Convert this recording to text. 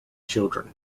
children